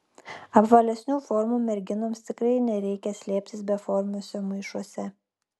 apvalesnių formų merginoms tikrai nereikia slėptis beformiuose maišuose